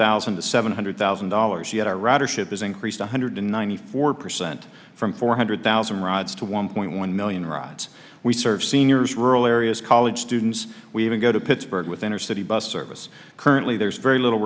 thousand to seven hundred thousand dollars yet our ridership is increased one hundred ninety four percent from four hundred thousand rods to one point one million rides we serve seniors rural areas college students we even go to pittsburgh with inner city bus service currently there's very little